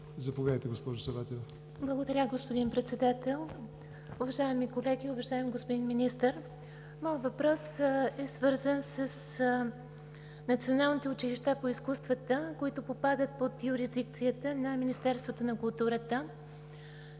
Заповядайте, госпожо Саватева. ДИАНА САВАТЕВА (ГЕРБ): Благодаря, господин Председател. Уважаеми колеги! Уважаеми господин Министър, моят въпрос е свързан с националните училища по изкуствата, които попадат под юрисдикцията на Министерството на културата.